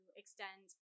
extend